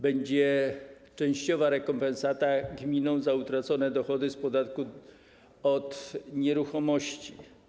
Będzie częściowa rekompensata gminom za utracone dochody z podatku od nieruchomości.